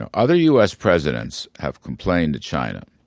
and other u s. presidents have complained to china